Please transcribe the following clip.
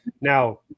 Now